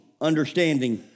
understanding